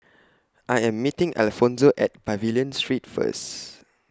I Am meeting Alfonzo At Pavilion Street First